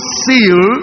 seal